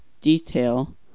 Detail